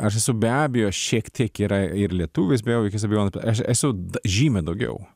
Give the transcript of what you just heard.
aš be abejo šiek tiek yra ir lietuvis be jokios abejonės aš esu žymiai daugiau